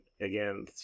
again